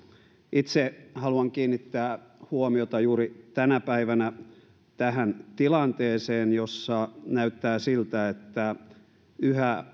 itse haluan kiinnittää huomiota juuri tänä päivänä tähän tilanteeseen jossa näyttää siltä että yhä